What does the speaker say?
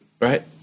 Right